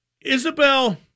Isabel